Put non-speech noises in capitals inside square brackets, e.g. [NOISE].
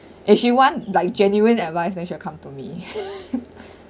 if she want like genuine advice then she'll come to me [LAUGHS]